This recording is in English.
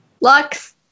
Lux